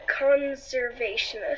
conservationist